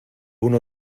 uno